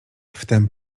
wtem